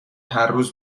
هرروز